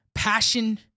Passion